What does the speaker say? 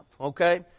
okay